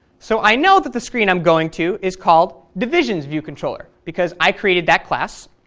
so i know that the screen i'm going to is called divisionsviewcontroller because i created that class,